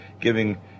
giving